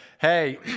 hey